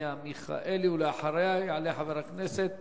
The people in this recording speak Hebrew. אנסטסיה מיכאלי, ואחריה יעלה חבר הכנסת